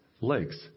legs